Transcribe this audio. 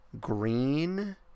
green